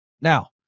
now